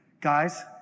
guys